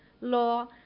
law